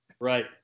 Right